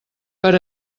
per